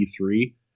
E3